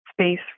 space